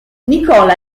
nicola